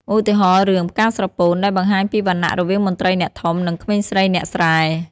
ឧទាហរណ៍ រឿង ផ្កាស្រពោន ដែលបង្ហាញពីវណ្ណៈរវាងមន្ត្រីអ្នកធំ និងក្មេងស្រីអ្នកស្រែ។